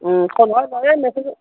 ক'লোঁ হয় এই মেছেজত